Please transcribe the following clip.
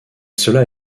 cela